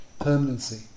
permanency